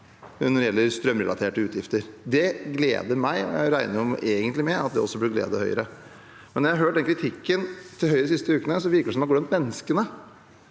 når det gjelder strømrelaterte utgifter. Det gleder meg, og jeg regner med at det også gleder Høyre. Når jeg har hørt kritikken fra Høyre de siste ukene, virker det som at de har glemt menneskene.